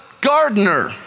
gardener